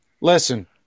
Listen